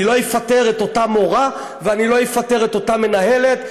אני לא אפטר את אותה מורה ואני לא אפטר את אותה מנהלת,